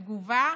בתגובה